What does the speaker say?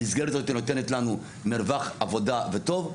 המסגרת הזאת נותנת לנו מרווח עבודה טוב.